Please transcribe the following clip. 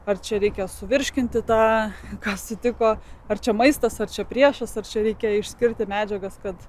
ar čia reikia suvirškinti tą kas atsitiko ar čia maistas ar čia priešas ar čia reikia išskirti medžiagas kad